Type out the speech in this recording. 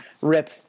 rip